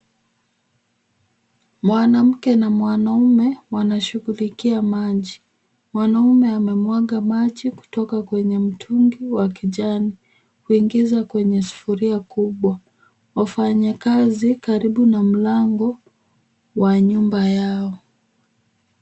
Mwanamke na mwanaume wanashughulikia maji. Mwanaume amemwaga maji kutoka kwenye mtungi wa kijani, kuingiza kwenye sufuria kubwa. Wafanyakazi karibu na mlango wa nyumba yao.